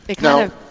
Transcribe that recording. Now